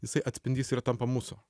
jisai atspindys ir tampa mūsų